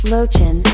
Lochin